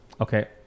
Okay